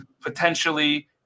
potentially